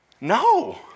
No